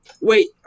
Wait